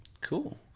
Cool